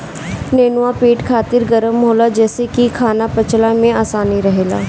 नेनुआ पेट खातिर गरम होला जेसे की खाना पचला में आसानी रहेला